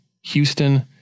houston